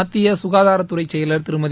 மத்திய சுகாதாரத்துறை செயலர் திருமதி